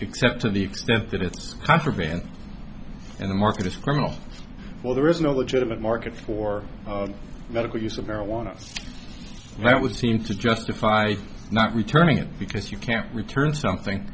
except to the extent that it's contraband in the market it's criminal for there is no legitimate market for medical use of marijuana that would seem to justify not returning it because you can't return something